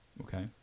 Okay